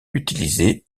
utilisées